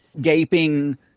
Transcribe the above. gaping